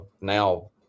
now